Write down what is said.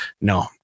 No